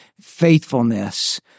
faithfulness